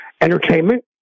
entertainment